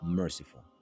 merciful